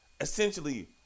essentially